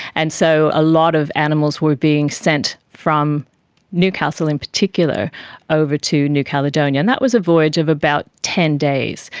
and so a lot of animals were being sent from newcastle in particular over to new caledonia, and that was a voyage of about ten days,